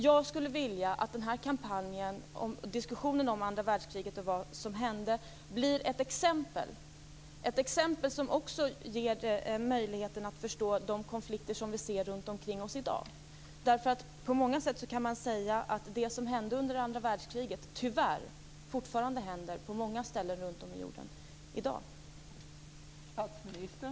Jag skulle vilja att kampanjen och diskussionen om andra världskriget och vad som hände blir ett exempel som också ger möjligheten att förstå de konflikter vi ser runtomkring oss i dag. Man kan säga att det som hände under andra världskriget på många sätt tyvärr fortfarande händer på många ställen runt om på jorden.